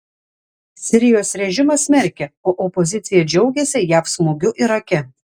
sirijos režimas smerkia o opozicija džiaugiasi jav smūgiu irake